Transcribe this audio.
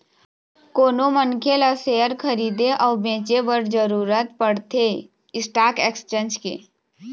कोनो मनखे ल सेयर खरीदे अउ बेंचे बर जरुरत पड़थे स्टाक एक्सचेंज के